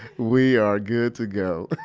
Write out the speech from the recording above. we are good to go.